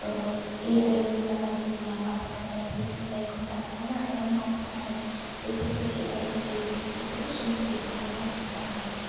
ए I नि माखासे मुलाम्फाफोरा जाहैबाय जों जायखौ सानख'नो हाया मावख'नो हाया बिखौ जों ए आइ नि गेजेरजों एसेल' समनि गेजेरजों मावफुंनो हायो